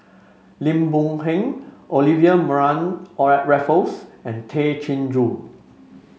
Lim Boon Heng Olivia Mariamne Raffles and Tay Chin Joo